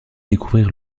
découvrir